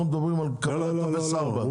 אנחנו מדברים על קבלת טופס 4. לא,